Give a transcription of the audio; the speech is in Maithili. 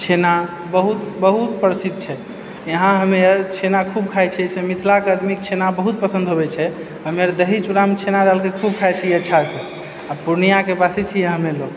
छेना बहुत बहुत प्रसिद्ध छै यहाँ हमे आर छेना खूब खाए छियै से मिथिलाके आदमी छेना बहुत पसन्द होवे छै हमे आर दही चूड़ामे छेना डालके खूब खाए छियै अच्छासँ आ पूर्णियाके बासी छियै हमे लोग